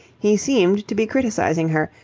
he seemed to be criticizing her,